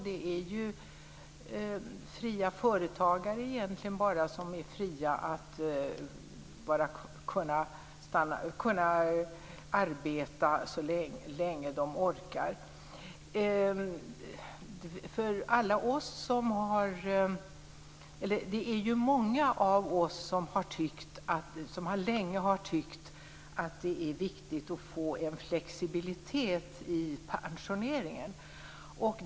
Det är egentligen bara fria företagare som är fria att arbeta så länge de orkar. Många av oss har länge tyckt att det är viktigt att få en flexibilitet när det gäller pensioneringen.